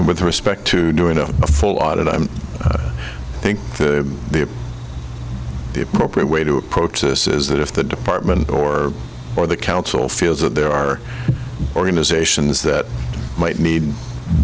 and with respect to doing a full audit i think the the appropriate way to approach this is that if the department or or the council feels that there are organizations that might need